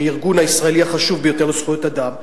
שהיא הארגון הישראלי החשוב ביותר לזכויות אדם,